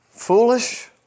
Foolish